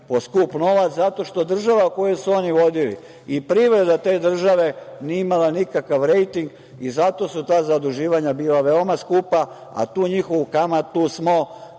po skupom novcu zato što država koju su oni vodili i privreda te države nije imala nikakav rejting i zato su ta zaduživanja bila veoma skupa, a tu njihovu kamatu smo